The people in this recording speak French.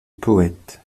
poète